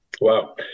wow